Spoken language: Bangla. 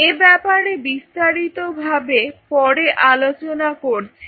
এ ব্যাপারে বিস্তারিত ভাবে পরে আলোচনা করছি